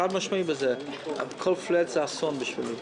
כל פלאט זה אסון בשבילי.